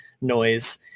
noise